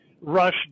rush